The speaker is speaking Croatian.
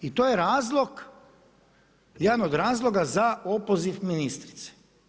I to je razlog, jedan od razloga za opoziv ministrice?